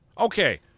Okay